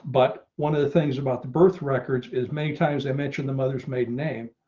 but one of the things about the birth records is many times i mentioned the mother's maiden name.